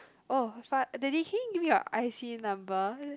oh fa~ daddy can you give me your I_C number